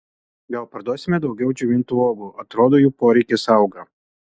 gal parduosime daugiau džiovintų uogų atrodo jų poreikis auga